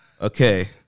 Okay